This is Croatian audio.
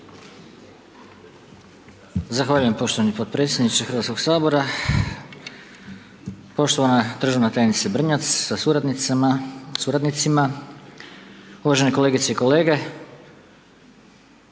Zahvaljujem poštovani potpredsjedniče Hrvatskog sabora. Poštovana državna tajnice Brnjac, sa suradnicama, suradnicima, uvažene kolegice i kolege.